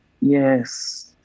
yes